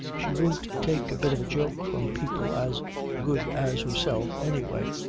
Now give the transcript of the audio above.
she won't take a bit of a joke from people as good as herself anyway.